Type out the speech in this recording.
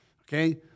okay